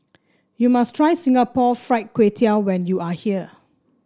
you must try Singapore Fried Kway Tiao when you are here